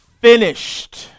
finished